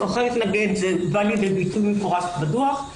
אחר התנגד זה בא לידי ביטוי במפורש בדוח.